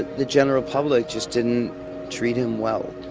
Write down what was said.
the general public just didn't treat him well.